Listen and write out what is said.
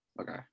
okay